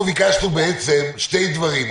עודדה, אנחנו ביקשנו בעצם שתי דברים.